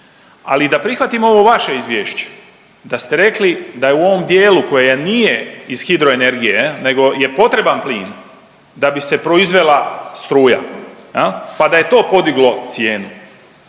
Ali da prihvatimo ovo vaše izvješće da ste rekli da je u ovom dijelu koje nije iz hidroenergije nego je potreban plin da bi se proizvela struja pa da je to podiglo cijenu,